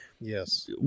Yes